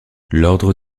l’ordre